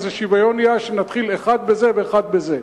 אז השוויון יהיה שנתחיל אחד בזה ואחד בזה.